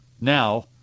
now